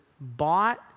bought